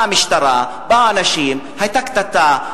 באה משטרה, באו אנשים, היתה קטטה.